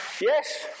Yes